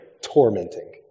tormenting